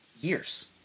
years